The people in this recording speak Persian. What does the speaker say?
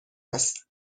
است